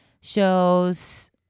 shows